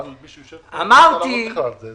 ברור, אבל מי שיושב פה לא יכול לענות לך על זה.